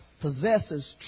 possesses